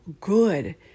good